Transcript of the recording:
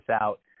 out